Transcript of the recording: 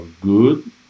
good